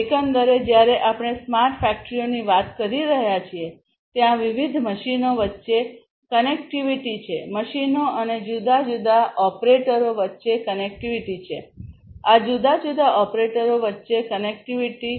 એકંદરે જ્યારે આપણે સ્માર્ટ ફેક્ટરીઓની વાત કરી રહ્યા છીએ ત્યાં વિવિધ મશીનો વચ્ચે કનેક્ટિવિટી છે મશીનો અને જુદા જુદા ઓપરેટરો વચ્ચે કનેક્ટિવિટી છે આ જુદા જુદા ઓપરેટરો વચ્ચે કનેક્ટિવિટી છે